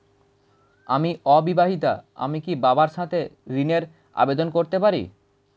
আমি অবিবাহিতা আমি কি বাবার সাথে ঋণের আবেদন করতে পারি?